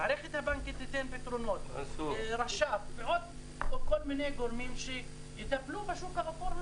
המערכת הבנקאית תיתן פתרונות ועוד כל מיני גורמים שיטפלו בשוק האפור.